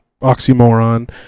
oxymoron